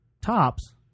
tops